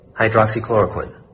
hydroxychloroquine